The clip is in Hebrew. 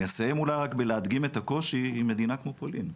אני אסיים אולי רק בלהדגים את הקושי עם מדינה כמו פולין.